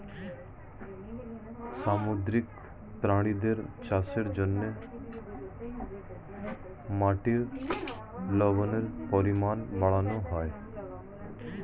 সামুদ্রিক প্রাণীদের চাষের জন্যে মাটির লবণের পরিমাণ বাড়ানো হয়